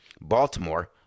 Baltimore